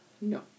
No